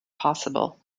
possible